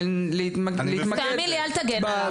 ולהתמקד תאמין לי אל תגן עליו,